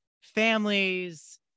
families